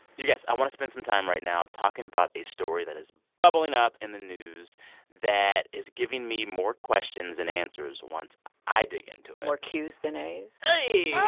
you guys, i want to spend some time right now talking about a story that is bubbling up in the news that is giving me more questions than and answers once i dig into it more q's than a's? hey,